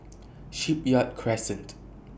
Shipyard Crescent